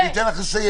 אני אתן לך לסיים.